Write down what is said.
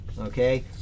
okay